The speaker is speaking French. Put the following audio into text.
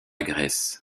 graisse